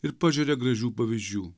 ir pažeria gražių pavyzdžių